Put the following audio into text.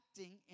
acting